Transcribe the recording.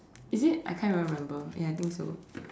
is it I can't even remember ya I think so